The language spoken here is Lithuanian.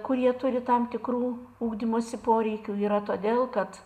kurie turi tam tikrų ugdymosi poreikių yra todėl kad